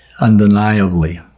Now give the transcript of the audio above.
undeniably